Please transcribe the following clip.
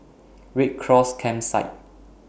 Red Cross Campsite